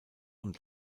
und